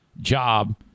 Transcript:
job